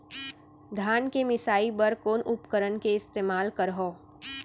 धान के मिसाई बर कोन उपकरण के इस्तेमाल करहव?